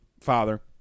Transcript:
Father